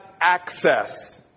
access